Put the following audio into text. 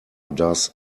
does